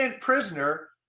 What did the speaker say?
prisoner